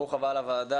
ברוך הבא לוועדה.